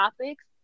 topics